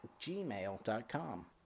gmail.com